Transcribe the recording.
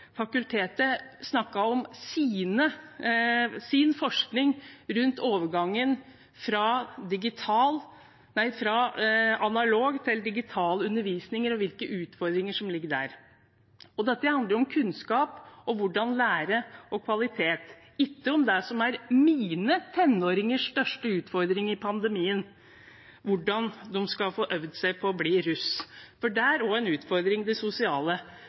sin forskning rundt overgangen fra analog til digital undervisning, og hvilke utfordringer som ligger der. Dette handler om kunnskap, om hvordan lære og om kvalitet – ikke om det som er mine tenåringers største utfordring i pandemien; hvordan de skal få øvd seg på å bli russ, for det sosiale er også en utfordring. Men det